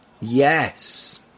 Yes